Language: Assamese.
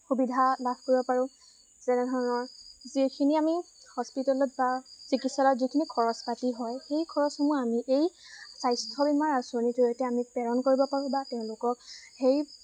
সুবিধা লাভ কৰিব পাৰোঁ যেনেধৰণৰ যিখিনি আমি হস্পিটেলত বা চিকিৎসালয়ত যিখিনি খৰচ পাতি হয় সেই খৰচসমূহ আমি এই স্বাস্থ্য বীমাৰ আঁচনিৰ জৰিয়তে আমি প্ৰেৰণ কৰিব পাৰোঁ বা তেওঁলোকক সেই